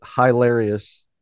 hilarious